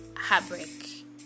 heartbreak